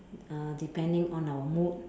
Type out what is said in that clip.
uh depending on our mood